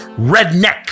redneck